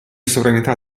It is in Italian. sovranità